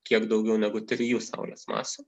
kiek daugiau negu trijų saulės masių